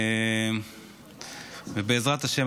ובעזרת השם,